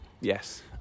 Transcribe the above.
Yes